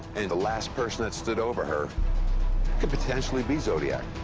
and the last person that stood over her could potentially be zodiac.